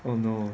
oh no